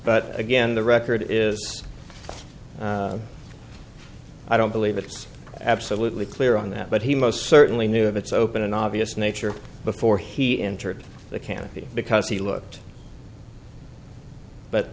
but again the record is i don't believe it's absolutely clear on that but he most certainly knew of its open and obvious nature before he entered the canopy because he looked but